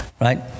right